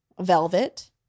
velvet